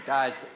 Guys